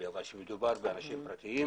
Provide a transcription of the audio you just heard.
אבל כאשר מדובר באנשים פרטיים,